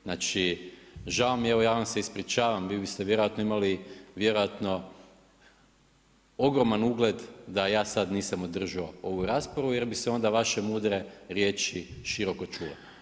Znači, žao mi je evo ja vam se ispričavam, vi biste vjerojatno imali vjerojatno ogroman ugled, da ja sad nisam održavao ovu raspravu, jer bi se vaše mudre riječi široko čule.